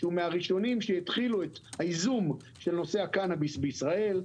הוא מהראשונים שהתחילו את היזום של נושא הקנביס בישראל.